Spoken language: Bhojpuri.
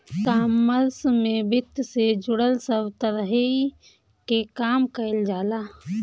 ईकॉमर्स में वित्त से जुड़ल सब तहरी के काम कईल जाला